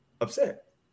upset